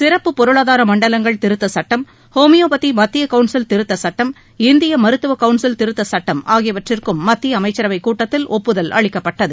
சிறப்பு பொருளாதார மண்டலங்கள் திருத்த சட்டம் லோமியோபதி மத்திய கவுன்சில் திருத்த சுட்டம் இந்திய மருத்துவக் கவுன்சில் திருத்த சுட்டம் ஆகியவற்றுக்கும் மத்திய அமைச்சரவைக் கூட்டத்தில் ஒப்புதல் அளிக்கப்பட்டது